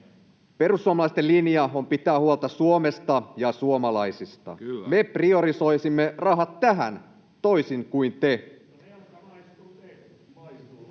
Perussuomalaisten linja on pitää huolta Suomesta ja suomalaisista. Me priorisoisimme rahat tähän, toisin kuin te. [Ben Zyskowicz: Mutta velka maistuu